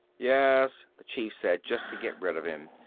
yes, the chief said just to get rid of him,